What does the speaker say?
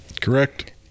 Correct